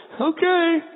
Okay